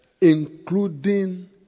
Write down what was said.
Including